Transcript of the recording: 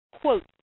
quote